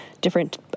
different